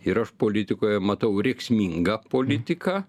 ir aš politikoje matau rėksmingą politiką